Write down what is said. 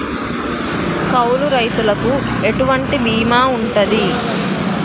కౌలు రైతులకు ఎటువంటి బీమా ఉంటది?